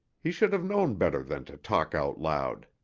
he should have known better than to talk out loud.